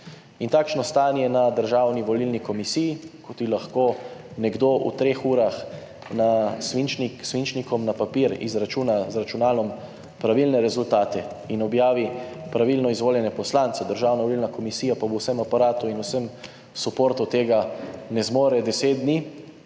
takšno stanje na Državni volilni komisiji, ko ti lahko nekdo v treh urah s svinčnikom na papir izračuna z računalom pravilne rezultate in objavi pravilno izvoljene poslance, Državna volilna komisija pa po vsem aparatu in vsem suportu tega ne zmore deset dni.